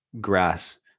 grass